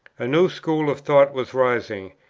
a new school of thought was rising,